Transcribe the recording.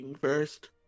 First